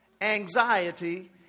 anxiety